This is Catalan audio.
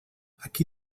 aquí